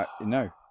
No